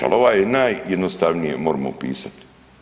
Ali ovaj najjednostavnije moremo upisati.